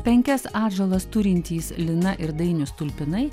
penkias atžalas turintys lina ir dainius tulpinai